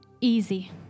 easy